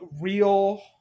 real